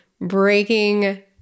breaking